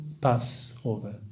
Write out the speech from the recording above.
Passover